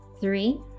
three